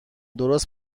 درست